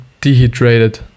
dehydrated